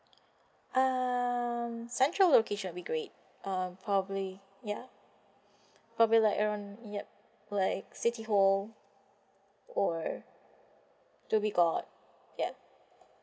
um central location will be great um probably ya probably like around yup like city hall or dhoby ghaut yeah